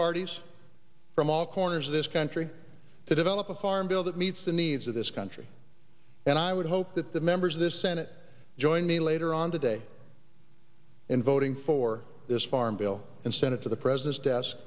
parties from all corners of this country to develop a farm bill that meets the needs of this country and i would hope that the members of this senate join me later on today in voting for this farm bill and send it to the president's desk